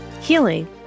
healing